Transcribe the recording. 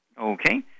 okay